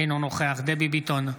אינו נוכח דבי ביטון,